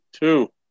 Two